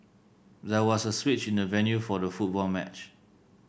there was a switch in the venue for the football match